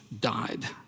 died